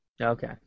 Okay